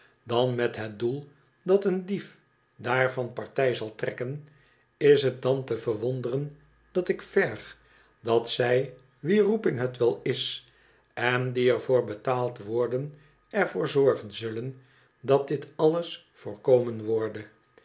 dan met het doel dat een dief daarvan partij zal trekken is het dan te verwonderen dat ik verg dat zij wier roeping het wel is en die er voor betaald worden er voor zorgen zullen dat dit alles voorkomen worde